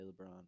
LeBron